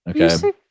Okay